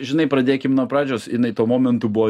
žinai pradėkim nuo pradžios jinai tuo momentu buvo